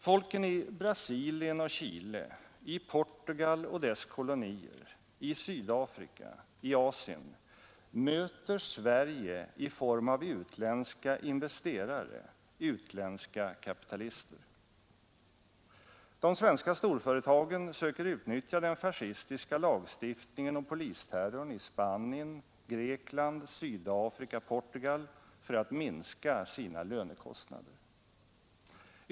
Folken i Brasilien och Chile, i Portugal och dess kolonier, i Sydafrika, i Asien möter Sverige i form av utländska investerare, utländska kapitalister. De svenska storföretagen söker utnyttja den fascistiska lagstiftningen och polisterrorn i Spanien, Grekland, Sydafrika och Portugal för att minska sina lönekostnader.